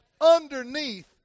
underneath